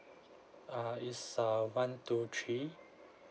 uh is uh one two three